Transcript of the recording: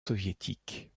soviétique